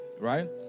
right